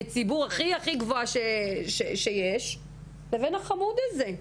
ציבורית הכי-הכי גבוהה שיש לבין החמוד הזה.